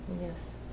Yes